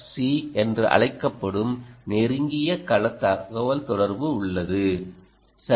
C என்று அழைக்கப்படும் நெருங்கிய கள தகவல்தொடர்பு உள்ளது சரி